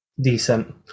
decent